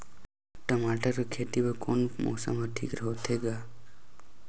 टमाटर कर खेती बर कोन मौसम हर ठीक होथे ग?